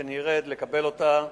כשאני ארד, לקבל אותה.